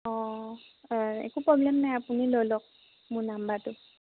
অ একো প্ৰব্লেম নাই আপুনি লৈ লওক মোৰ নাম্বাৰটো